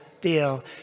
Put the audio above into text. deal